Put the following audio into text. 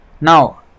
Now